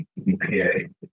EPA